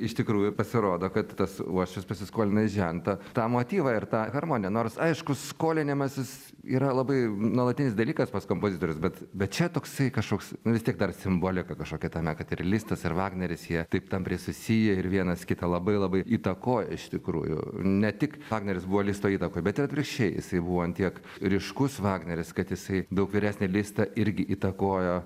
iš tikrųjų pasirodo kad tas uošvis pasiskolino iš žento tą motyvą ir tą harmoniją nors aišku skolinimasis yra labai nuolatinis dalykas pats kompozitorius bet bet čia toksai kažkoks vis tiek dar simbolika kažkokia tame kad ir listas ir vagneris jie taip tampriai susiję ir vienas kitą labai labai įtakoja iš tikrųjų ne tik vagneris buvo listo įtakoj bet ir atvirkščiai jisai buvo ant tiek ryškus vagneris kad jisai daug vyresnį listą irgi įtakojo